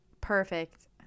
Perfect